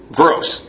gross